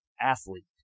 athlete